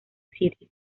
city